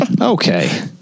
okay